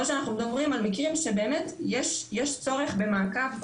או שאנחנו מדברים על מקרים שבאמת יש צורך במעקב.